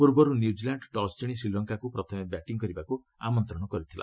ପୂର୍ବରୁ New Zealand toss ଜିଣି ଶ୍ରୀଲଙ୍କାକୁ ପ୍ରଥମେ ବ୍ୟାଟିଂ କରିବାକୁ ଆମନ୍ତ୍ରଣ କରିଥିଲା